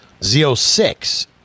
Z06